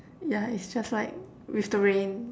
yeah it's just like with the rain